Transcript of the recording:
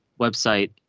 website